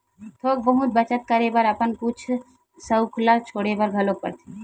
थोक बहुत बचत करे बर अपन कुछ सउख ल छोड़े बर घलोक परथे